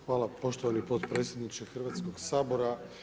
Hvala poštovani potpredsjedniče Hrvatskog sabora.